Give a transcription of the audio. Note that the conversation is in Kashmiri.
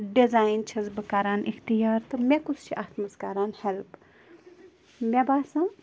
ڈِزایِن چھس بہٕ کران اختیار تہِ مےٚ کُس چھُ اَتھ منٛز کران ہٮ۪لپ مےٚ باسان